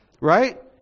Right